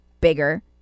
bigger